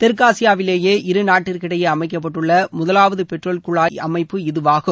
தெற்காசியாவிலேயே இருநாட்டிற்கிடையே அமைக்கப்பட்டுள்ள முதவாவது பெட்ரோல் குழாய் இப்பு இதுவாகும்